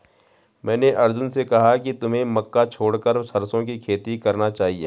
मैंने अर्जुन से कहा कि तुम्हें मक्का छोड़कर सरसों की खेती करना चाहिए